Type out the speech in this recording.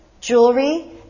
jewelry